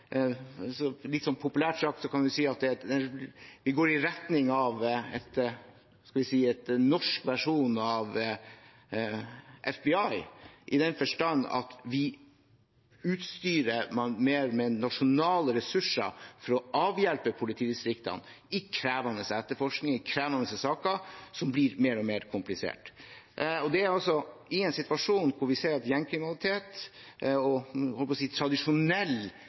Populært sagt går vi i retning av, skal vi si, en norsk versjon av FBI, i den forstand at vi utstyrer mer med nasjonale ressurser for å avhjelpe politidistriktene i krevende etterforskning og i krevende saker, som blir mer og mer kompliserte. I en situasjon hvor vi ser at gjengkriminalitet og, jeg holdt på å si, tradisjonell